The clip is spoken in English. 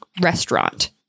restaurant